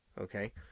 Okay